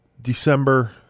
December